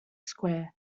square